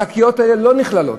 השקיות האלה לא נכללות,